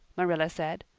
marilla said.